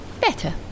better